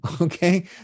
okay